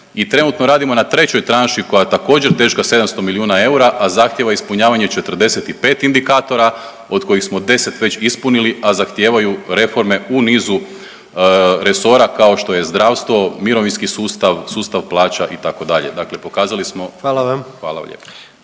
I trenutno radimo na trećoj tranši koja je također teška 700 milijuna eura, a zahtijeva 45 indikatora od kojih smo 10 već ispunili, a zahtijevaju reforme u nizu resora kao što je zdravstvo, mirovinski sustav, sustav plaća itd. Dakle, pokazali smo … …/Upadica: Hvala vam./…